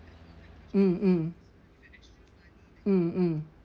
mmhmm mmhmm